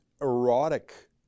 erotic